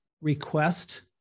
request